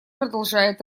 продолжает